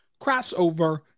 crossover